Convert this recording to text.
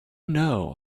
know